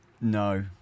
no